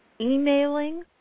Emailing